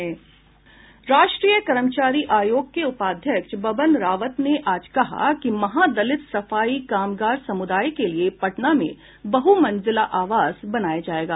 राष्ट्रीय कर्मचारी आयोग के उपाध्यक्ष बबन रावत ने आज कहा कि महादलित सफाई कामगार समुदाय के लिए पटना में बहुमंजिला आवास बनाया जायेगा